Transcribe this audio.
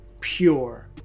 pure